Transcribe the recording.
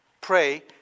Pray